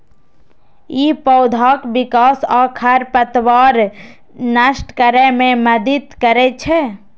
ई पौधाक विकास आ खरपतवार नष्ट करै मे मदति करै छै